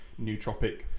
nootropic